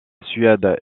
suède